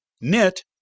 knit